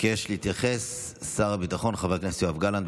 ביקש להתייחס שר הביטחון חבר הכנסת יואב גלנט,